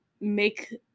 make